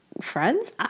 friends